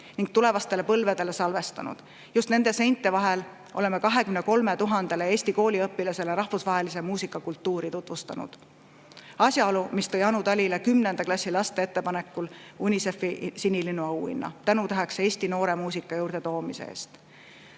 ning tulevastele põlvedele salvestanud. Just nende seinte vahel oleme 23 000-le Eesti kooliõpilasele rahvusvahelist muusikakultuuri tutvustanud. Asjaolu, mis tõi Anu Talile 10. klassi laste ettepanekul UNICEF-i Sinilinnu auhinna tänutäheks Eesti noorte muusika juurde toomise eest.